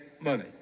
money